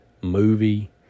movie